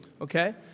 okay